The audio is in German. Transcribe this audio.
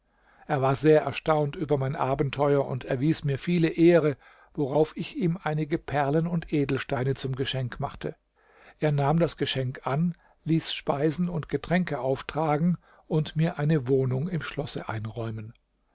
er war sehr erstaunt über mein abenteuer und erwies mir viele ehre worauf ich ihm einige perlen und edelsteine zum geschenk machte er nahm das geschenk an ließ speisen und getränke auftragen und mir eine wohnung im schlosse einräumen